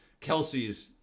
Kelseys